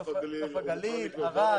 הוא מוכן לקלוט.